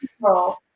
no